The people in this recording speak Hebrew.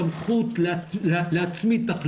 סמכות ל- -- תחלואה,